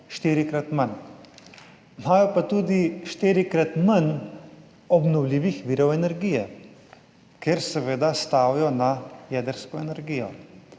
štirikrat manj. Imajo pa tudi štirikrat manj obnovljivih virov energije, ker seveda stavijo na jedrsko energijo,